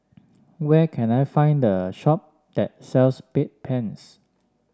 where can I find the shop that sells Bedpans